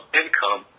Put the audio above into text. income